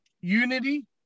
unity